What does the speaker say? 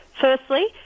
Firstly